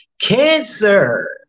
Cancer